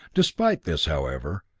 despite this, however,